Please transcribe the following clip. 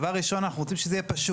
דבר ראשון, אנחנו רוצים שזה יהיה פשוט.